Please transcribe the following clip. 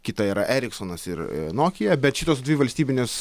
kita yra eriksonas ir nokija bet šitos dvi valstybinės